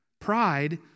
Pride